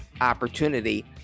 opportunity